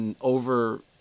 over